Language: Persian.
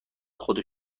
خود